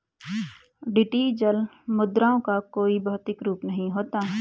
digital मुद्राओं का कोई भौतिक रूप नहीं होता